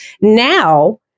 now